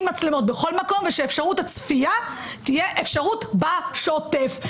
מצלמות בכל מקום ושאפשרות הצפייה תהיה אפשרות בשוטף.